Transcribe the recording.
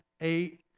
eight